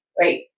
right